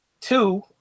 Two